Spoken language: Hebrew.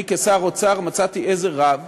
אני כשר אוצר מצאתי עזר רב